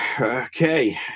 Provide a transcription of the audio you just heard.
okay